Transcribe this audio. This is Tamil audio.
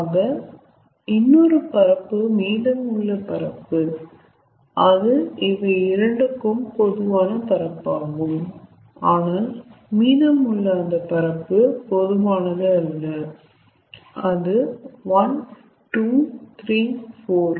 ஆக இன்னொரு பரப்பு மீதம் உள்ள பரப்பு அது இவை இரண்டுக்கும் பொதுவான பரப்பு ஆகும் ஆனால் மீதம் உள்ள அந்த பரப்பு பொதுவானது அல்ல அது 1 2 3 4